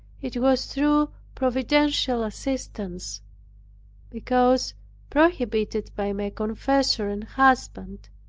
it was through providential assistance because prohibited by my confessor and husband.